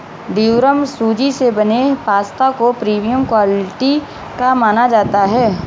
durum सूजी से बने पास्ता को प्रीमियम क्वालिटी का माना जाता है